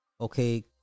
Okay